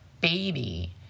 baby